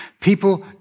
People